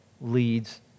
leads